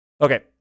okay